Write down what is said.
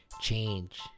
Change